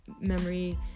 memory